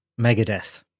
Megadeth